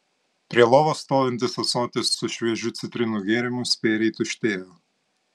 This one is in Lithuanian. prie lovos stovintis ąsotis su šviežiu citrinų gėrimu spėriai tuštėjo